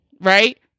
Right